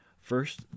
First